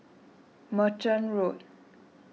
Merchant Road